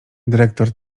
dyrektor